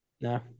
No